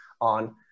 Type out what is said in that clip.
on